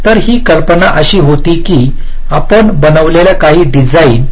तर ही कल्पना अशी होती की आपण बनवलेल्या काही डिझाइन